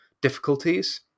difficulties